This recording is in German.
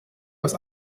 aus